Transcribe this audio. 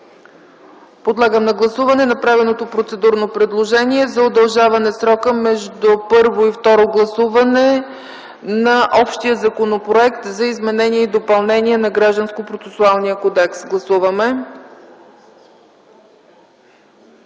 Подлагам на гласуване направеното процедурно предложение за удължаване срока между първо и второ гласуване на общия Законопроект за изменение и допълнение на Гражданско-процесуалния кодекс. Гласували